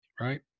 Right